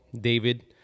David